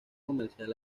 comercial